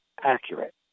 accurate